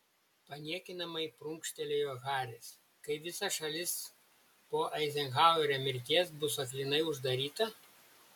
paniekinamai prunkštelėjo haris kai visa šalis po eizenhauerio mirties bus aklinai uždaryta